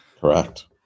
Correct